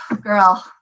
girl